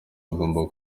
agomba